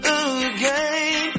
again